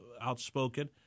outspoken